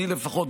אני לפחות,